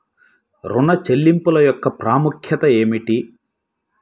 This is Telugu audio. ఋణ చెల్లింపుల యొక్క ప్రాముఖ్యత ఏమిటీ?